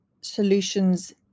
solutions